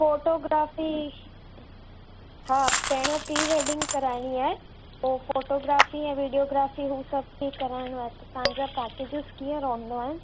photography हा पहिरियों prewedding कराइणी आहे पोइ फ़ोटोग्राफ़ी ऐं विडियोग्राफ़ी हू सभु बि कराइणो आहे त हू सभु तव्हां जा पैकेजिस कीअं रहंदा आइन